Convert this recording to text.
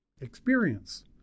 Experience